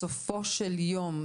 בסופו של יום,